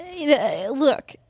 look